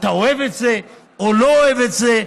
אתה אוהב את זה או לא אוהב את זה,